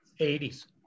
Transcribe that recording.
80s